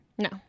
No